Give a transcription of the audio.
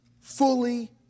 fully